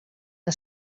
que